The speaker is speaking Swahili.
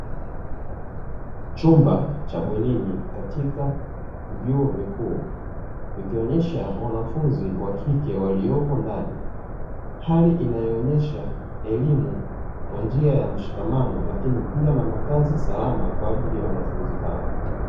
Chumba cha bwenini katika vyuo vikuu, kikionyesha wanafunzi wa kike waliopo ndani. Hali inayoonyesha elimu kwa njia ya mshikamano lakini pia na makazi salama kwa ajili ya wanafunzi hao.